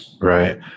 Right